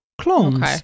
clones